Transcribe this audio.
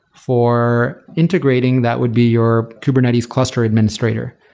for integrating, that would be your kubernetes cluster administrator.